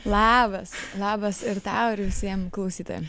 labas labas ir tau ir visiem klausytojam